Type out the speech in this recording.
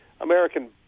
American